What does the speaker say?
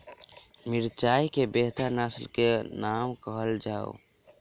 मिर्चाई केँ बेहतर नस्ल केँ नाम कहल जाउ?